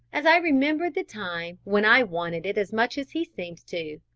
as i remembered the time when i wanted it as much as he seemed to